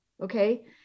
Okay